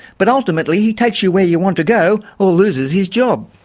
but ultimately he takes you where you want to go or loses his job.